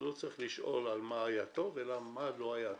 לא צריך לשאול מה היה טוב ומה לא היה טוב.